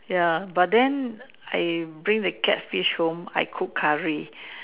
ya but then I bring the catfish home I cook curry